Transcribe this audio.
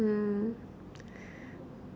hmm